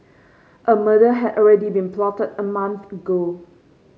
a murder had already been plotted a month ago